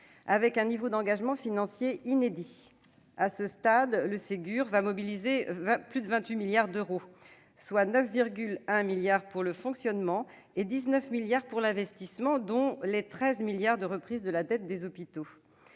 avec un niveau d'engagements financiers inédit. À ce stade, le Ségur mobilisera plus de 28 milliards d'euros, soit 9,1 milliards pour le fonctionnement et 19 milliards pour l'investissement, dont 13 milliards d'euros de reprise de la dette des hôpitaux.